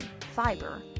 fiber